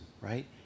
right